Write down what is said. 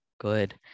good